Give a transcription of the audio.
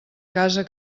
casa